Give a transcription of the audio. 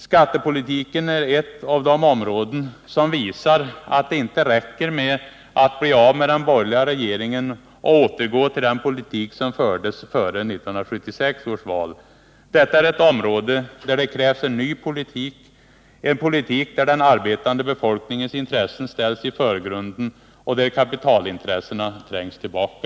Skattepolitiken är ett av de områden som visar att det inte räcker med att bli av med den borgerliga regeringen och återgå till den politik som fördes före 1976 års val. Detta är ett område där det krävs en ny politik, en politik där den arbetande befolkningens intressen ställs i förgrunden och där kapitalintressena trängs tillbaka.